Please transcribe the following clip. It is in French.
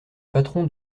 patron